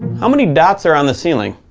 how many dots are on the ceiling?